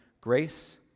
grace